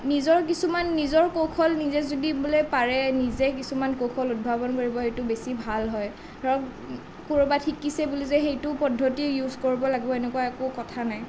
নিজৰ কিছুমান নিজৰ কৌশল নিজে যদি বোলে পাৰে নিজে কিছুমান কৌশল উদ্ভাৱন কৰিব সেইটো বেছি ভাল হয় ধৰক ক'ৰবাত শিকিছে বুলিয়েই যে সেইটো পদ্ধতি ইউজ কৰিব লাগিব এনেকুৱা একো কথা নাই